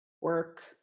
work